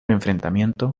enfrentamiento